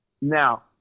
Now